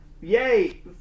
Yay